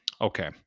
Okay